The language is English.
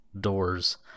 doors